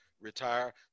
retire